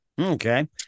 okay